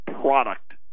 product